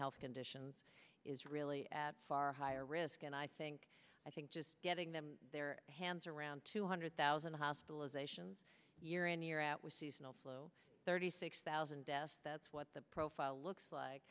health conditions is really far higher risk and i think i think just getting them their hands around two hundred thousand hospitalizations year in year out with seasonal flu thirty six thousand deaths that's what the profile looks like